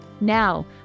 Now